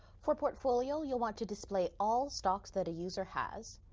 for portfolio you'll want to display all stocks that a user has,